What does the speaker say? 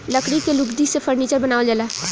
लकड़ी के लुगदी से फर्नीचर बनावल जाला